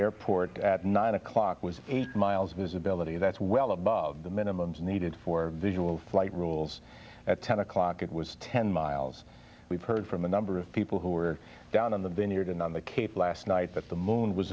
airport at nine o'clock was eight miles visibility that's well above the minimum needed for visual flight rules at ten o'clock it was ten miles we've heard from a number of people who are down on the been here going on the cape last night but the moon